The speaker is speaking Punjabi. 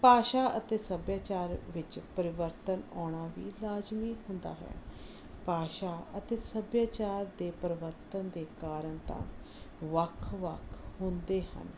ਭਾਸ਼ਾ ਅਤੇ ਸੱਭਿਆਚਾਰ ਵਿੱਚ ਪਰਿਵਰਤਨ ਆਉਣਾ ਵੀ ਲਾਜ਼ਮੀ ਹੁੰਦਾ ਹੈ ਭਾਸ਼ਾ ਅਤੇ ਸੱਭਿਆਚਾਰ ਦੇ ਪਰਿਵਰਤਨ ਦੇ ਕਾਰਨ ਤਾਂ ਵੱਖ ਵੱਖ ਹੁੰਦੇ ਹਨ